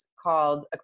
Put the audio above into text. called